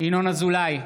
ינון אזולאי,